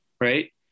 right